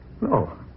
No